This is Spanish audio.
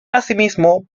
asimismo